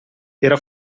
era